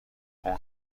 اون